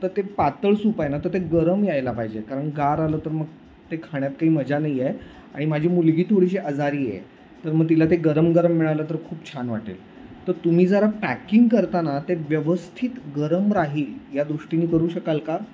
तर ते पातळ सूप आहे ना तर ते गरम यायला पाहिजे कारण गार आलं तर मग ते खाण्यात काही मजा नाही आहे आणि माझी मुलगी थोडीशी अजारी आहे तर मग तिला ते गरम गरम मिळालं तर खूप छान वाटेल तर तुम्ही जरा पॅकिंग करताना ते व्यवस्थित गरम राहील या दृष्टीनी करू शकाल का